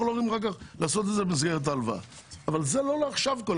לא יכולים לעשות את זה אחר כך במסגרת ההלוואה.